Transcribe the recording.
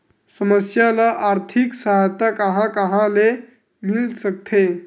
समस्या ल आर्थिक सहायता कहां कहा ले मिल सकथे?